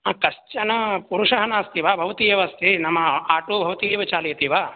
कश्चन पुरुषः नास्ति वा भवती एव अस्ति नाम आटो भवती एव चालयति वा